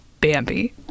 Bambi